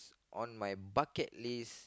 on my bucket list